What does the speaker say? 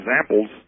examples